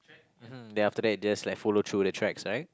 mmhmm then after that just like follow through the tracks right